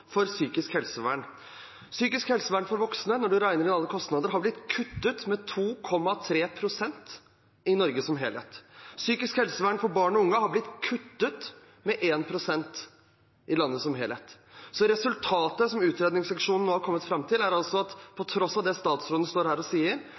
for psykisk helsevern. Psykisk helsevern for voksne har, når man regner inn alle kostnader, blitt kuttet med 2,3 pst. i Norge som helhet. Psykisk helsevern for barn og unge har blitt kuttet med 1 pst. i landet som helhet. Resultatet som utredningsseksjonen nå har kommet fram til, er altså at på